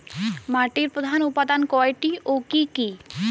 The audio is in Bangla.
মাটির প্রধান উপাদান কয়টি ও কি কি?